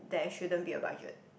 there shouldn't be a budget